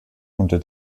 unter